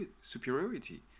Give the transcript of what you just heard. superiority